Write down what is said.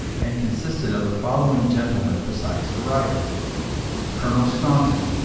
and consisted of the following gentlemen besides the writer colonel staunton,